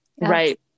Right